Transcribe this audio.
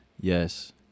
Yes